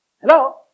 Hello